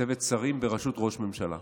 שרים בראשות ראש ממשלה.